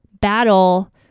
battle